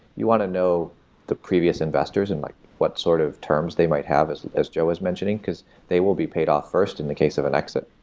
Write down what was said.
you want to know the previous investors and what sort of terms they might have as as joe is mentioning, cause they will be paid off first in the case of an exit.